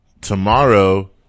tomorrow